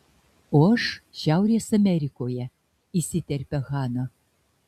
o aš šiaurės amerikoje įsiterpia hana